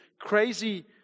crazy